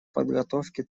подготовке